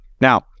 Now